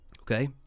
okay